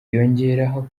yongeraho